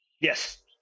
yes